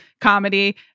comedy